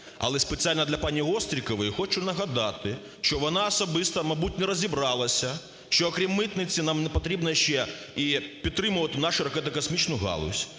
але спеціально для пані Острікової хочу нагадати, що вона особисто, мабуть, не розібралася, що крім митниці нам потрібно ще підтримувати і нашу ракетно-космічну галузь.